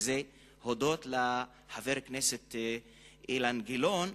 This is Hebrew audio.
וזה הודות לחבר הכנסת אילן גילאון,